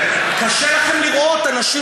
אני קורא אותך לסדר פעם שנייה.